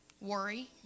worry